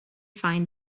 find